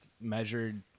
measured